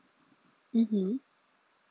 mmhmm